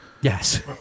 Yes